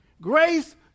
Grace